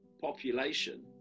population